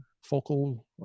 focal